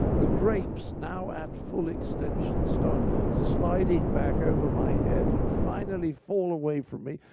the drapes now at full extension, start sliding back over my head and finally fall away from me,